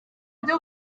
ryo